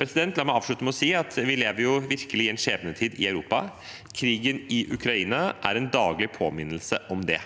La meg avslutte med å si at vi virkelig lever i en skjebnetid i Europa. Krigen i Ukraina er en daglig påminnelse om det.